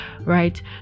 right